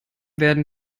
werden